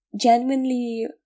genuinely